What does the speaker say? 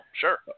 sure